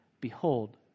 Behold